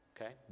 Okay